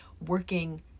working